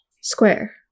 Square